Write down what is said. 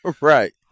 Right